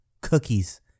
cookies